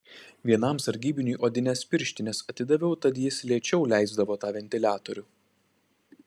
vienam sargybiniui odines pirštines atidaviau tad jis lėčiau leisdavo tą ventiliatorių